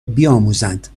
بیاموزند